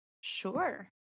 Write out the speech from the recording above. Sure